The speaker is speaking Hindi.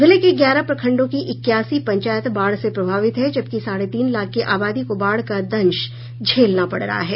जिले के ग्यारह प्रखंडों की इक्यासी पंचायत बाढ़ से प्रभावित हैं जबकि साढ़े तीन लाख की आबादी को बाढ़ का दंश झेलना पड़ रहा है